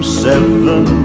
seven